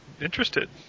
interested